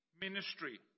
ministry